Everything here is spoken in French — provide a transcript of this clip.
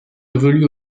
évolue